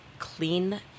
clean